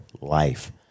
life